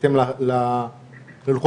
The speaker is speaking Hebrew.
בוועדת